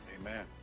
Amen